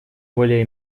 более